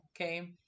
okay